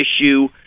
issue